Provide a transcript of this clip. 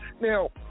Now